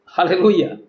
Hallelujah